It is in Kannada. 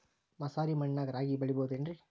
ಮಸಾರಿ ಮಣ್ಣಾಗ ರಾಗಿ ಬೆಳಿಬೊದೇನ್ರೇ?